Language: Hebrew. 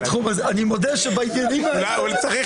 אני מודה שבעניינים האלה --- צריך